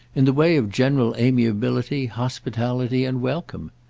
in the way of general amiability, hospitality and welcome.